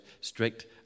strict